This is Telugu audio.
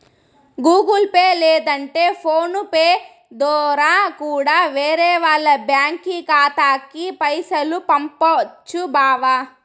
గూగుల్ పే లేదంటే ఫోను పే దోరా కూడా వేరే వాల్ల బ్యాంకి ఖాతాలకి పైసలు పంపొచ్చు బావా